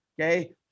Okay